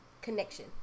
connection